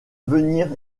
venir